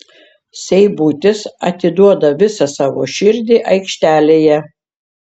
seibutis atiduoda visą savo širdį aikštelėje